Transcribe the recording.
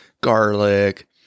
garlic